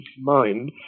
mind